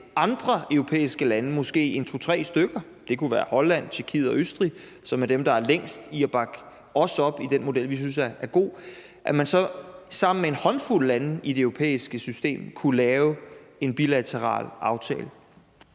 andre europæiske lande, måske en håndfuld eller to-tre stykker – det kunne være Holland, Tjekkiet og Østrig, som er dem, der er længst i at bakke os op i den model, vi synes er god – i det europæiske system kunne lave en bilateral aftale?